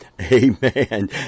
Amen